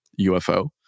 UFO